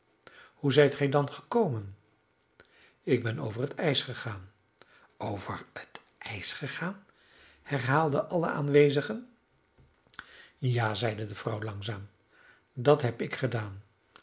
hoe zijt gij dan gekomen ik ben over het ijs gegaan over het ijs gegaan herhaalden al de aanwezigen ja zeide de vrouw langzaam dat heb ik gedaan